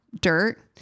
dirt